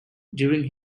during